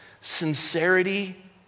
sincerity